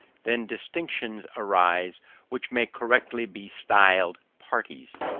then distinctions arise which may correctly be styled parties.